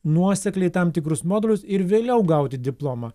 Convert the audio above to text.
nuosekliai tam tikrus modelius ir vėliau gauti diplomą